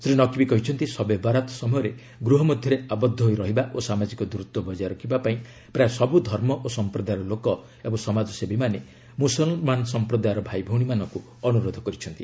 ଶ୍ରୀ ନକବୀ କହିଛନ୍ତି 'ଶବେ ବାରାତ' ସମୟରେ ଗୃହ ମଧ୍ୟରେ ଆବଦ୍ଧ ହୋଇ ରହିବା ଓ ସାମାଜିକ ଦୂରତ୍ୱ ବଜାୟ ରଖିବା ପାଇଁ ପ୍ରାୟ ସବୁ ଧର୍ମ ଓ ସମ୍ପ୍ରଦାୟର ଲୋକ ଏବଂ ସମାଜସେବୀମାନେ ମୁସଲମାନ ସମ୍ପ୍ରଦାୟର ଭାଇଭଉଣୀମାନଙ୍କୁ ଅନୁରୋଧ କରିଛନ୍ତି